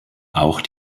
auch